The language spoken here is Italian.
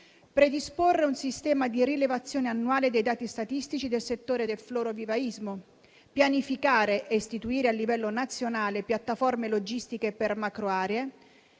predisporre un sistema di rilevazione annuale dei dati statistici del settore del florovivaismo; pianificare e istituire a livello nazionale piattaforme logistiche per macroaree;